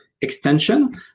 extension